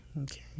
Okay